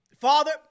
Father